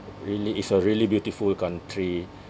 really it's a really beautiful country